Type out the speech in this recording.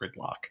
gridlock